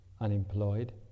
unemployed